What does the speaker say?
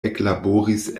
eklaboris